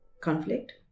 conflict